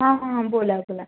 हां हां बोला बोला